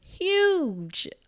huge